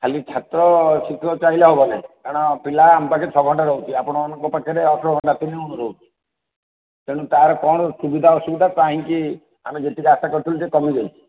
ଖାଲି ଛାତ୍ର ଶିକ୍ଷକ ଚାହିଁଲେ ହେବ ନାହିଁ କାରଣ ପିଲା ଆମ ପାଖରେ ଛଅ ଘଣ୍ଟା ରହୁଛି ଆପଣମାନଙ୍କ ପାଖରେ ଅଠର ଘଣ୍ଟା ତିନିଗୁଣ ରହୁଛି ତେଣୁ ତା'ର କ'ଣ ସୁବିଧା ଅସୁବିଧା କାହିଁକି ଆମେ ଯେତିକି ଆଶା କରିଥିଲୁ ସେ କମିଯାଇଛି